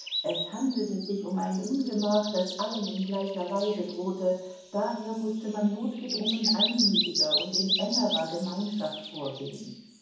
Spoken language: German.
es handelte sich um ein ungemach das allen in gleicher weise drohte daher mußte man notgedrungen einmütiger und in engerer gemeinschaft vorgehen